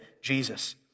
Jesus